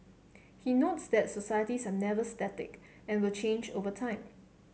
he notes that societies are never static and will change over time